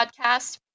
Podcast